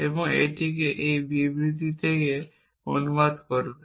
এবং এটিকে এই বিবৃতিতে অনুবাদ করবে